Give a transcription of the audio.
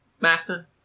master